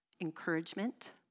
encouragement